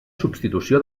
substitució